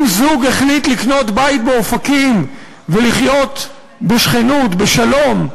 אם זוג החליט לקנות בית באופקים ולחיות בשכנות בשלום,